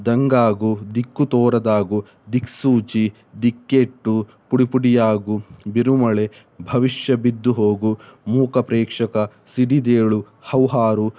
ದಂಗಾಗು ದಿಕ್ಕು ತೋರದಾಗು ದಿಕ್ಸೂಚಿ ದಿಕ್ಕೆಟ್ಟು ಪುಡಿ ಪುಡಿಯಾಗು ಬಿರುಮಳೆ ಭವಿಷ್ಯ ಬಿದ್ದು ಹೋಗು ಮೂಕ ಪ್ರೇಕ್ಷಕ ಸಿಡಿದೇಳು ಹೌಹಾರು